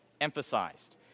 emphasized